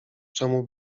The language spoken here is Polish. czemu